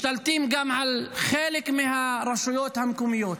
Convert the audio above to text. משתלטים גם על חלק מהרשויות המקומיות.